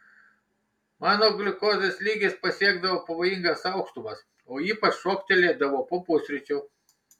mano gliukozės lygis pasiekdavo pavojingas aukštumas o ypač šoktelėdavo po pusryčių